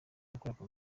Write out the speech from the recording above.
yakoraga